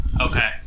Okay